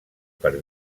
per